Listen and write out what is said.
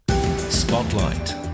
Spotlight